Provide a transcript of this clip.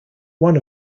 one